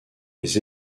les